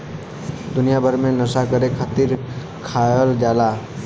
दुनिया भर मे नसा करे खातिर खायल जाला